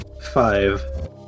Five